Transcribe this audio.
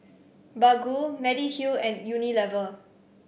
Baggu Mediheal and Unilever